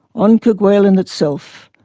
on kerguelen itself,